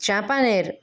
Champaner